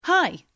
Hi